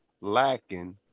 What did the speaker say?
lacking